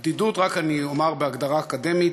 הבדידות, אני רק אומר בהגדרה אקדמית,